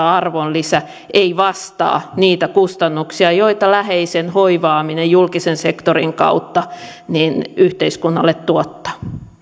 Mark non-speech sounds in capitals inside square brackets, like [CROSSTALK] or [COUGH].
[UNINTELLIGIBLE] arvonlisä ei vastaa niitä kustannuksia joita läheisen hoivaaminen julkisen sektorin kautta yhteiskunnalle tuottaa